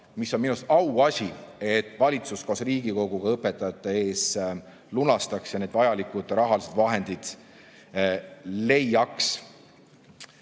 minu arust on auasi, et valitsus koos Riigikoguga õpetajate ees selle lunastaks ja need vajalikud rahalised vahendid leiaks.